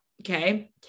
okay